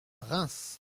reims